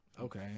Okay